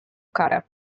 karę